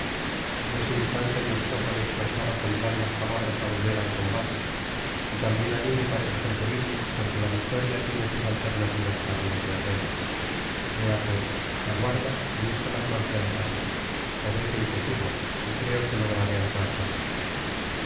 en este instante mi esposa me exhortaba con blandas palabras á volver al combate y también á mí me parece preferible porque la victoria tiene sus alternativas para los guerreros ea pues aguarda y visto las marciales armas ó vete y te sigo y creo que lograré alcanzarte